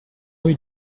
rue